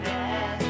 Yes